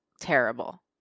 terrible